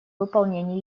выполнении